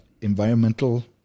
environmental